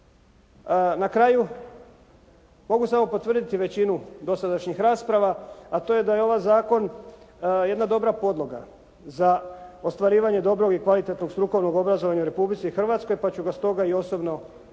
Na kraju mogu samo potvrditi većinu dosadašnjih rasprava, a to je da je ovaj zakon jedna dobra podloga za ostvarivanje dobrog i kvalitetnog strukovnog obrazovanja u Republici Hrvatskoj, pa ću ga stoga i osobno podržati.